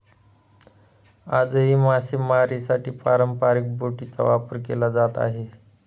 आजही मासेमारीसाठी पारंपरिक बोटींचा वापर केला जात आहे